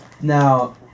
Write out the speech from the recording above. Now